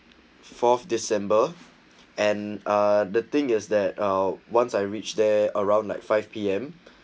fourth december and uh the thing is that uh once I reach there around like five pm